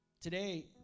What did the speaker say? Today